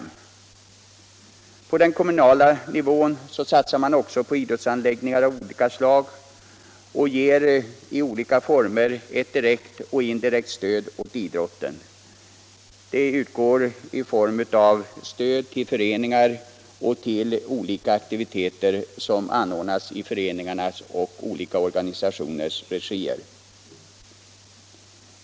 Även på den kommunala nivån satsas på idrottsanläggningar av olika slag, och man ger i olika former ett direkt och indirekt stöd åt idrotten. Det utgår i form av stöd till föreningar och till olika aktiviteter som anordnas i idrottsföreningarnas och andra organisationers regi.